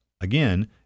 Again